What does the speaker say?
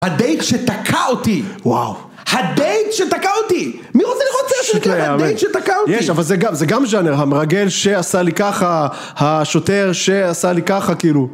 הדייט שתקע אותי, וואו, הדייט שתקע אותי, מי רוצה לראות סרטים כאלה, הדייט שתקע אותי, יש אבל זה גם זה גם ז'אנר, המרגל שעשה לי ככה, השוטר שעשה לי ככה כאילו.